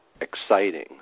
exciting